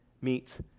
meet